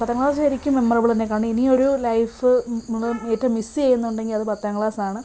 പത്താം ക്ലാസ് ശരിക്കും മെമ്മറബിൾ തന്നെ കാരണം ഇനി ഒരു ലൈഫ് ഏറ്റവും മിസ് ചെയ്യുന്നുണ്ടെങ്കിൽ അത് പത്താം ക്ലാസ് ആണ്